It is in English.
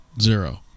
Zero